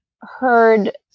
heard